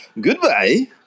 Goodbye